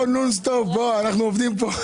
אנחנו עובדים כאן.